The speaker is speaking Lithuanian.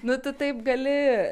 nu tai taip gali